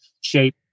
shape